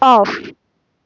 off